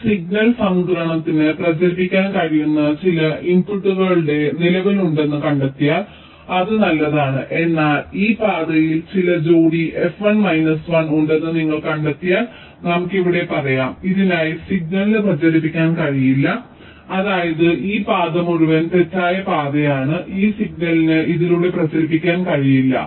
ഈ സിഗ്നൽ സംക്രമണത്തിന് പ്രചരിപ്പിക്കാൻ കഴിയുന്ന ചില ഇൻപുട്ടുകളുടെ നിലവിലുണ്ടെന്ന് കണ്ടെത്തിയാൽ അത് നല്ലതാണ് എന്നാൽ ഈ പാതയിൽ ചില ജോഡി fi മൈനസ് 1 ഉണ്ടെന്ന് നിങ്ങൾ കണ്ടെത്തിയാൽ നമുക്ക് ഇവിടെ പറയാം ഇതിനായി സിഗ്നലിന് പ്രചരിപ്പിക്കാൻ കഴിയില്ല അതായത് ഈ പാത മുഴുവൻ തെറ്റായ പാതയാണ് ഈ സിഗ്നലിന് ഇതിലൂടെ പ്രചരിപ്പിക്കാൻ കഴിയില്ല